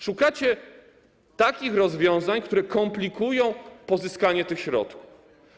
Szukacie takich rozwiązań, które komplikują pozyskanie tych środków.